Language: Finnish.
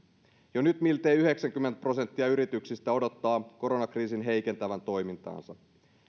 jo nyt miltei yhdeksänkymmentä prosenttia yrityksistä odottaa koronakriisin heikentävän toimintaansa